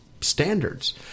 standards